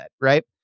right